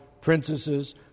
princesses